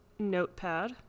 notepad